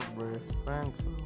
thanks